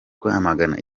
rwamagana